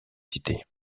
cités